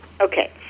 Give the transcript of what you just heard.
okay